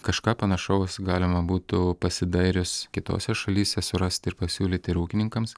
kažką panašaus galima būtų pasidairius kitose šalyse surast ir pasiūlyt ir ūkininkams